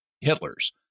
Hitler's